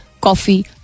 coffee